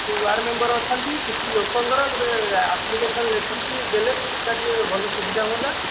ଯେଉଁ ward member ଅଛନ୍ତି କିଛି ଲୋକଙ୍କ ର ଗୋଟେ ଆପ୍ଲିକେଶନ ଲେଖିକି ଦେଲେ ସେ ସେହିଟା ଟିକେ ଭଲ ସୁବିଧା ହୁଅନ୍ତା